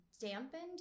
dampened